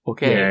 Okay